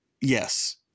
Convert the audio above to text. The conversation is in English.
yes